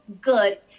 good